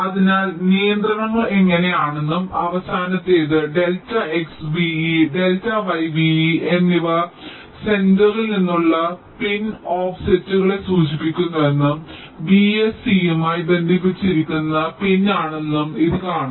അതിനാൽ നിയന്ത്രണങ്ങൾ എങ്ങനെയാണെന്നും അവസാനത്തേത് delta X Ve delta Y Ve എന്നിവ സെന്ററിൽ നിന്നുള്ള പിൻ ഓഫ്സെറ്റുകളെ സൂചിപ്പിക്കുന്നുവെന്നും VS E മായി ബന്ധിപ്പിച്ചിരിക്കുന്ന പിൻ ആണെന്നും ഇത് കാണും